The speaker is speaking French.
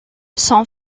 son